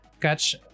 catch